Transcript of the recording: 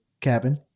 cabin